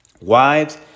Wives